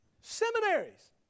Seminaries